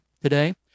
today